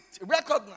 recognize